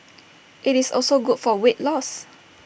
IT is also good for weight loss